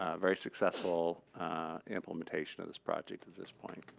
ah very successful implementation of this project at this point.